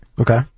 Okay